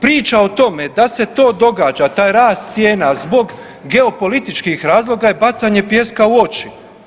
Priča o tome da se to događa, taj rast cijena zbog geopolitičkih razloga je bacanje pijeska u oči.